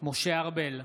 משה ארבל,